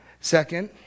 Second